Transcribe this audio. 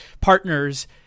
partners